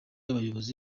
abayobozi